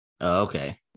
Okay